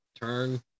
turn